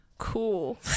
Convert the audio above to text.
cool